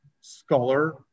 scholar